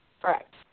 Correct